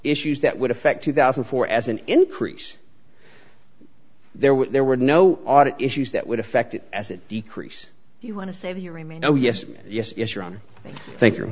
issues that would affect two thousand and four as an increase there were there were no audit issues that would affect it as it decrease you want to save you remain oh yes yes yes you're on